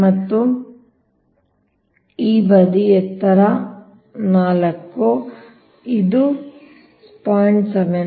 ಮತ್ತು ಇದು ಈ ಬದಿ ಎತ್ತರ 4 ಈ ಬದಿ 0